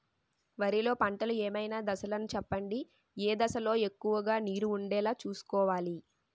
వరిలో పంటలు ఏమైన దశ లను చెప్పండి? ఏ దశ లొ ఎక్కువుగా నీరు వుండేలా చుస్కోవలి?